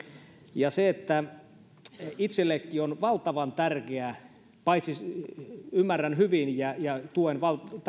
ja itsellenikin on valtavan tärkeää paitsi ymmärrän hyvin ja ja tuen